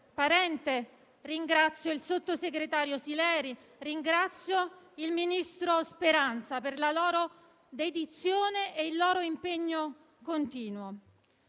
Parente, il sottosegretario Sileri, il ministro Speranza per la loro dedizione e il loro impegno continuo.